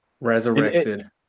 Resurrected